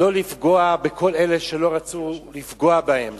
לא לפגוע בכל אלה שלא רצו לפגוע בהם.